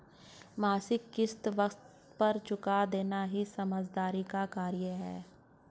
मासिक किश्त वक़्त पर चूका देना ही समझदारी का कार्य है